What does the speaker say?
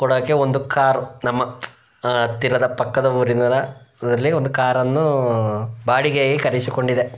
ಕೊಡೋಕ್ಕೆ ಒಂದು ಕಾರ್ ನಮ್ಮ ಹತ್ತಿರದ ಪಕ್ಕದ ಊರಿನವರ ಅದರಲ್ಲಿ ಒಂದು ಕಾರನ್ನು ಬಾಡಿಗೆಗೆ ಕರೆಸಿಕೊಂಡಿದ್ದೆ